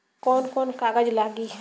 कौन कौन कागज लागी?